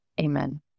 Amen